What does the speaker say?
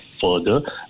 further